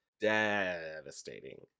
devastating